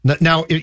now